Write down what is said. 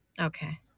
Okay